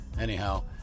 anyhow